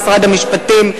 משרד המשפטים,